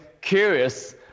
curious